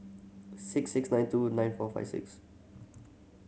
six six nine two nine four five six